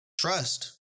trust